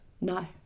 No